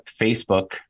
Facebook